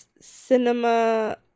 cinema